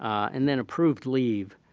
and then approved leave,